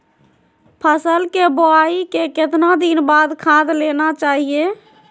फसल के बोआई के कितना दिन बाद खाद देना चाइए?